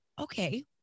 okay